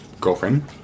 girlfriend